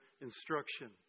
instruction